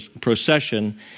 procession